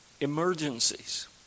emergencies